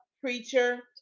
preacher